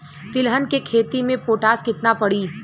तिलहन के खेती मे पोटास कितना पड़ी?